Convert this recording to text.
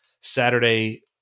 Saturday